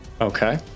Okay